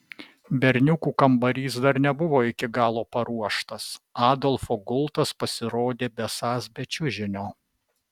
berniukų kambarys dar nebuvo iki galo paruoštas adolfo gultas pasirodė besąs be čiužinio